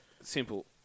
simple